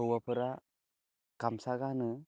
हौवाफोरा गामसा गानो